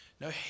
No